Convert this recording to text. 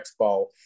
Expo